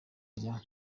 rya